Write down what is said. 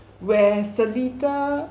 where seletar